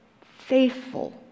faithful